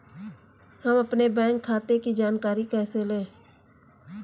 हम अपने बैंक खाते की जानकारी कैसे लें?